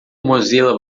mozilla